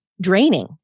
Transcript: draining